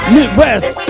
Midwest